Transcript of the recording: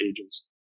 agents